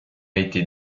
été